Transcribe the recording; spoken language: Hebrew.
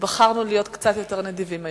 בחרנו להיות קצת יותר נדיבים היום.